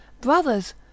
brothers